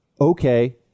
Okay